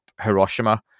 Hiroshima